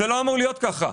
זה לא אמור להיות כך.